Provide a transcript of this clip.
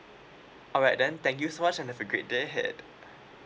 alright then thank you so much and have a great day ahead